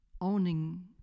owning